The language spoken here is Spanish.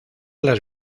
las